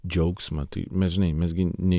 džiaugsmą tai mes gi žinai mes gi ne